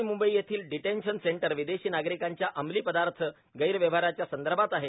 नवी मुंबई येथील detention centre विदेशी नागरिकांच्या अंमलीपदार्थ गैरव्यवहाराच्या संदर्भात आहे